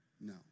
No